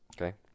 Okay